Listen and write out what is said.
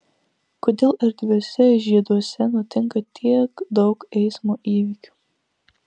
kodėl erdviuose žieduose nutinka tiek daug eismo įvykių